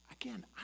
Again